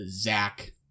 zach